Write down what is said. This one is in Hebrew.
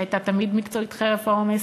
שהייתה תמיד מקצועית חרף העומס,